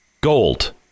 gold